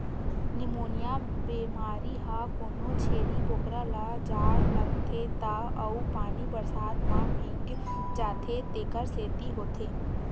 pneumonia बेमारी ह कोनो छेरी बोकरा ल जाड़ लागथे त अउ पानी बरसात म भीग जाथे तेखर सेती होथे